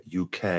UK